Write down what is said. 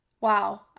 Wow